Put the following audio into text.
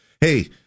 hey